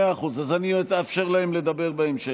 מאה אחוז, אז אני אאפשר להם לדבר בהמשך.